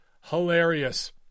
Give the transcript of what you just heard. Hilarious